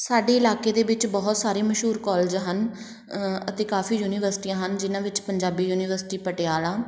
ਸਾਡੇ ਇਲਾਕੇ ਦੇ ਵਿੱਚ ਬਹੁਤ ਸਾਰੇ ਮਸ਼ਹੂਰ ਕੋਲਜ ਹਨ ਅਤੇ ਕਾਫੀ ਯੂਨੀਵਰਸਿਟੀਆਂ ਹਨ ਜਿਹਨਾਂ ਵਿੱਚ ਪੰਜਾਬੀ ਯੂਨੀਵਰਸਿਟੀ ਪਟਿਆਲਾ